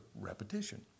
repetition